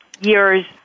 years